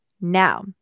Now